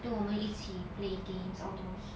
then 我们一起 play games all those